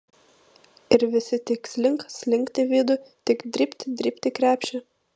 ir visi tik slink slinkt į vidų tik dribt dribt į krepšį